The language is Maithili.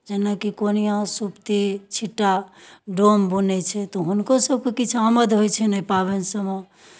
जेनाकि कोनिआँ सुप्ती छिट्टा डोम बुनै छै तऽ हुनकोसभके किछु आमद होइ छनि एहि पाबनि सभमे